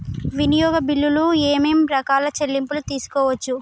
వినియోగ బిల్లులు ఏమేం రకాల చెల్లింపులు తీసుకోవచ్చు?